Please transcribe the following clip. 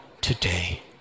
today